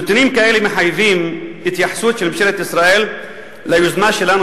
נתונים כאלה מחייבים התייחסות של ממשלת ישראל ליוזמה שלנו,